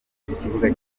ikibuga